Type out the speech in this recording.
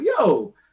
yo